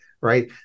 right